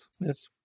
yes